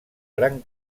gran